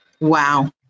Wow